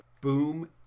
boom